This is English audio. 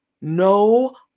No